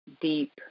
deep